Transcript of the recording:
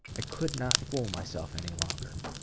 i could not fool myself any longer.